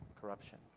Corruption